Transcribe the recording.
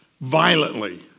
violently